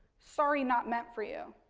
sorry, not meant for you.